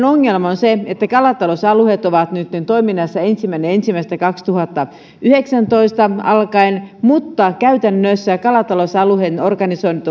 ongelma on se että kalatalousalueet ovat nytten toiminnassa ensimmäinen ensimmäistä kaksituhattayhdeksäntoista alkaen mutta käytännössä kalatalousalueiden organisoinnit